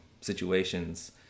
situations